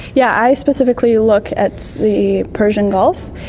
yeah i specifically look at the persian gulf,